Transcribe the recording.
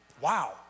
Wow